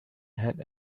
had